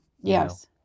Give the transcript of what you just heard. yes